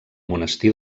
monestir